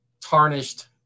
tarnished